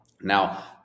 Now